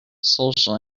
social